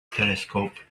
telescope